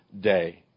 day